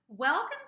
Welcome